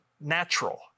natural